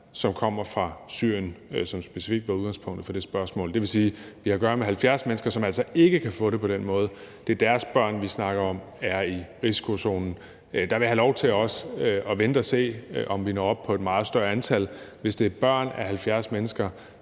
dem kommer 70 fra Syrien – og det var specifikt udgangspunktet for det spørgsmål. Det vil sige, at vi har at gøre med 70 mennesker, som altså ikke kan få det på den måde. Det er deres børn, vi snakker om er i risikozonen. Der vil jeg have lov til også at vente at se, om vi når op på et meget større antal. Hvis det er børn af 70 mennesker,